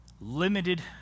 limited